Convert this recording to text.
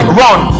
run